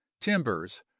timbers